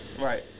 Right